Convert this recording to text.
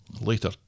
Later